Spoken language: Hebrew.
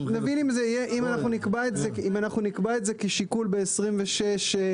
נבין אם אנחנו נקבע את זה כשיקול ב-26ה,